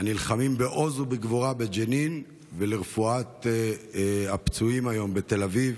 הנלחמים בעוז ובגבורה בג'נין ולרפואת הפצועים היום בתל אביב.